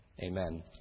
Amen